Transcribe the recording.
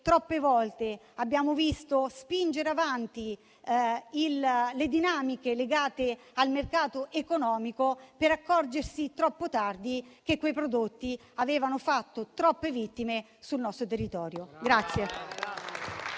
troppe volte abbiamo visto spingere avanti le dinamiche legate al mercato economico per accorgersi troppo tardi che certi prodotti avevano fatto troppe vittime sul nostro territorio.